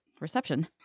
reception